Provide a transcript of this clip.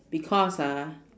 because ah